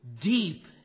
deep